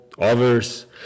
others